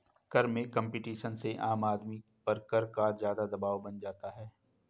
कर में कम्पटीशन से आम आदमी पर कर का ज़्यादा दवाब बन जाता है